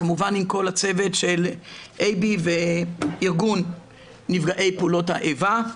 כמובן עם כל הצוות של אייבי וארגון נפגעי פעולות האיבה.